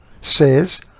says